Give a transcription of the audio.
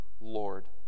Lord